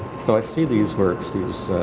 so i see these works, these